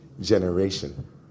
generation